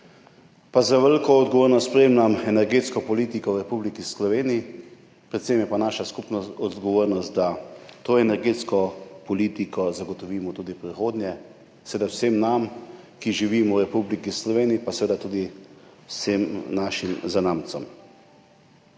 pa z veliko odgovornostjo spremljam energetsko politiko v Republiki Sloveniji, predvsem je pa naša skupna odgovornost, da to energetsko politiko zagotovimo tudi v prihodnje vsem nam, ki živimo v Republiki Sloveniji, pa tudi vsem našim zanamcem.